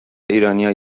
ایرانیا